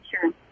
sure